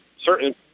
certain